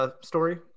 story